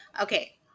Okay